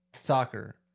soccer